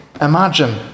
imagine